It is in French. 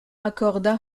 accorda